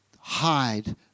Hide